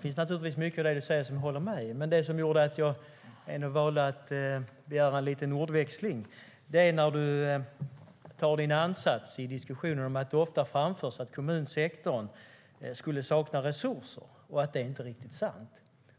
finns naturligtvis mycket i det Jan Ericson säger som jag håller med om, men det som gjorde att jag valde att begära replik, ha en liten ordväxling, var att han tar sin ansats i diskussionen att det ofta framförs att kommunsektorn skulle sakna resurser och att det inte är riktigt sant.